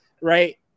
Right